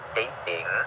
dating